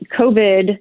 COVID